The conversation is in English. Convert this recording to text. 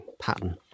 pattern